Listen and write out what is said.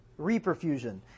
reperfusion